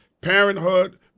parenthood